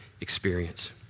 experience